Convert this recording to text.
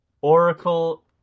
oracle